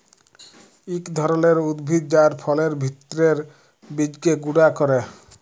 ইক ধরলের উদ্ভিদ যার ফলের ভিত্রের বীজকে গুঁড়া ক্যরে